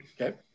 Okay